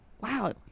Wow